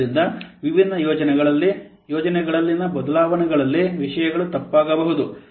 ಆದ್ದರಿಂದ ವಿಭಿನ್ನ ಯೋಜನೆಗಳಲ್ಲಿ ಯೋಜನೆಗಳಲ್ಲಿನ ಬದಲಾವಣೆಗಳಲ್ಲಿ ವಿಷಯಗಳು ತಪ್ಪಾಗಬಹುದು